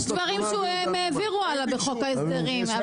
יש דברים שהם העבירו הלאה בחוק ההסדרים.